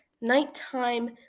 nighttime